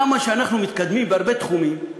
כמה שאנחנו מתקדמים בהרבה תחומים,